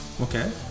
Okay